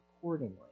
accordingly